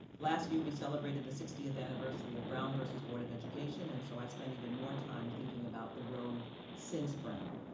last year, we celebrated the sixtieth anniversary of brown versus board of education and so i spend even more time thinking about the road since brown.